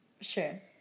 Sure